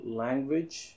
language